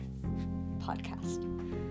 podcast